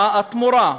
מה התמורה?